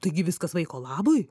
taigi viskas vaiko labui